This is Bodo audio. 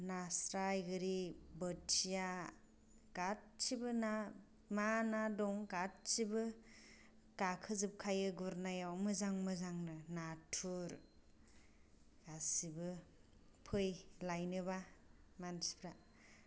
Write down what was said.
नास्राय गोरि बोथिया गासिबो ना मा ना दं गासिबो गाखोजोबखायो गुरनायाव मोजां मोजांनो नाथुर गासिबो फै लायनोबा मानसिफ्रा